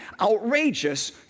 outrageous